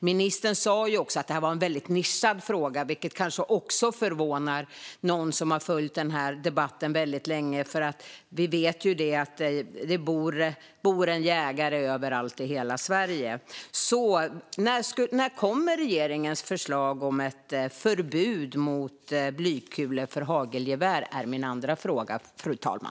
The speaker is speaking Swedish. Ministern sa också att det här var en väldigt nischad fråga, vilket kanske förvånar dem som följt debatten länge. Vi vet ju att det bor jägare överallt i hela Sverige. När kommer regeringens förslag om ett förbud mot blykulor för hagelgevär? Det är min andra fråga, fru talman.